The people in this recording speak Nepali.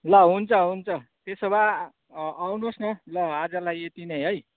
ल हुन्छ हुन्छ त्यसो भए अँ आउनुहोस् न ल आजलाई यति नै है